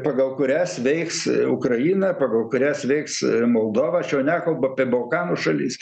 pagal kurias veiks ukraina pagal kurias veiks moldova aš jau nekalbu apie balkanų šalis